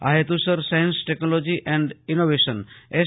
આ હેતુસર science technology and innovation S